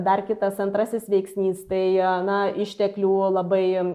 dar kitas antrasis veiksnys tai a na išteklių labai